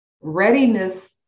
readiness